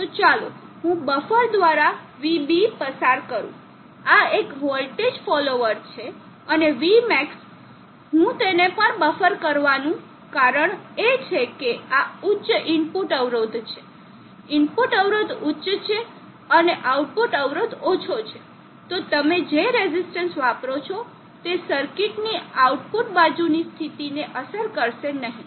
તો ચાલો હું બફર દ્વારા vB પસાર કરું આ એક વોલ્ટેજ ફોલોવર છે અને vmax હું તેને પણ બફર કરવાનું કારણ એ છે કે આ ઉચ્ચ ઇનપુટ અવરોધ છે ઇનપુટ અવરોધ ઉચ્ચ છે અને આઉટપુટ અવરોધ ઓછો છે તો તમે જે રેઝિસ્ટન્સ વાપરો છો તે સર્કિટની આઉટપુટ બાજુની સ્થિતિને અસર કરશે નહીં